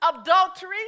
adultery